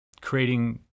creating